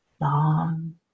long